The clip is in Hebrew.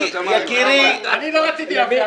יקירי --- אני לא רציתי להפריע,